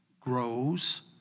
grows